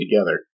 together